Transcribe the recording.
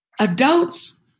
Adults